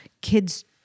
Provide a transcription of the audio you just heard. kids